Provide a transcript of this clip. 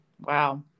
Wow